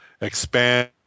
expand